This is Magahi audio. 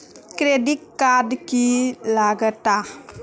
क्रेडिट कार्ड की लागत?